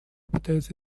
пытается